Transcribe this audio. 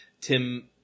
Tim